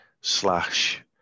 slash